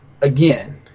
again